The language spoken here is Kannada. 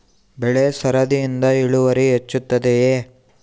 ಬೆಳೆ ಸರದಿಯಿಂದ ಇಳುವರಿ ಹೆಚ್ಚುತ್ತದೆಯೇ?